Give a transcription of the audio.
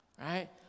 right